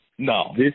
No